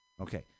Okay